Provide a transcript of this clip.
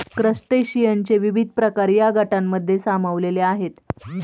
क्रस्टेशियनचे विविध प्रकार या गटांमध्ये सामावलेले आहेत